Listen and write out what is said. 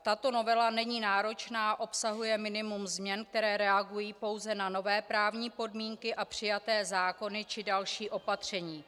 Tato novela není náročná, obsahuje minimum změn, které reagují pouze na nové právní podmínky a přijaté zákony či další opatření.